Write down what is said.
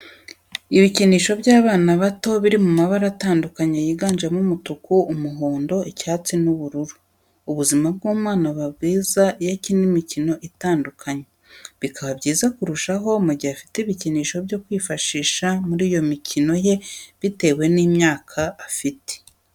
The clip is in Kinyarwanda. Ibikinisho by'abana bato biri mu mabara atandukanye yiganjemo umutuku, umuhondo, icyatsi n'ubururu. Ubuzima bw'umwana buba bwiza iyo akina imikino itandukanye, bikaba byiza kurushaho mu gihe afite ibikinisho byo kwifashisha muri iyo mikino ye bitewe n'imyaka afite.